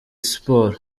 siporo